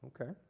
Okay